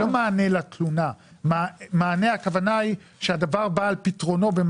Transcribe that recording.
לא מענה לתלונה, מענה הכוונה שהדבר בא על פתרונו.